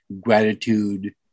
gratitude